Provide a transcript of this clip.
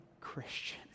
Christian